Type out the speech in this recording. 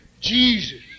Jesus